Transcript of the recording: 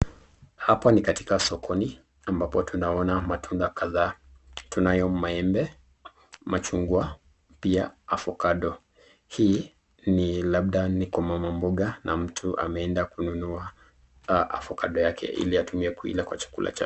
Hapa ni katika sokoni ambapo tunaona matunda kadhaa, tunayo maende, machungwa pia avocado , hii ni labda kwa mama mboga na mtu ameenda kununua avocado yake iliatumie kuila kwa chakula yake.